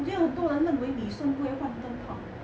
因为很多人认为女生不会换灯泡